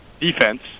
defense